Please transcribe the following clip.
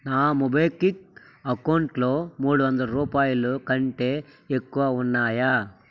నా మోబిక్విక్ అకౌంటులో మూడు వందలు రూపాయలు కంటే ఎక్కువ ఉన్నాయా